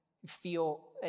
feel